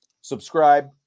subscribe